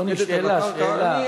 לא נשאלה השאלה.